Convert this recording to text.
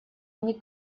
они